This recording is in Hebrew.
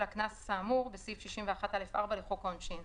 הקנס האמור בסעיף 61(א)(4) לחוק העונשין